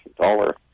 dollar